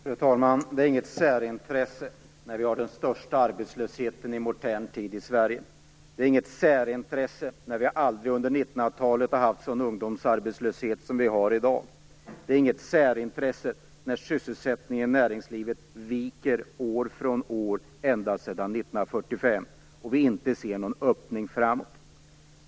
Fru talman! Man kan inte tala särintresse när vi har den största arbetslösheten i modern tid i Sverige. Man kan inte tala om särintresse när vi aldrig under 1900-talet har haft en sådan ungdomsarbetslöshet som vi har i dag. Man kan inte tala om särintresse när sysselsättningen i näringslivet viker år från år ända sedan 1945, och vi inte ser någon öppning framåt.